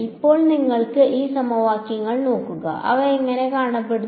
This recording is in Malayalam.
ഇപ്പോൾ നിങ്ങൾ ഈ സമവാക്യങ്ങൾ നോക്കുമ്പോൾ അവ എങ്ങനെ കാണപ്പെടുന്നു